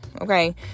okay